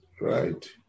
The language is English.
Right